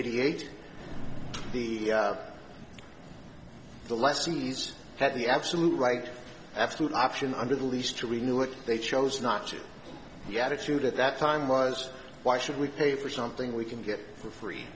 hundred eighty the the lessees had the absolute right absolute option under the lease to renew it they chose not to the attitude at that time was why should we pay for something we can get for free